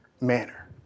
manner